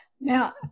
now